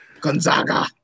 Gonzaga